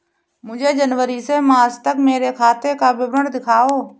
मुझे जनवरी से मार्च तक मेरे खाते का विवरण दिखाओ?